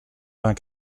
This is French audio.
vingt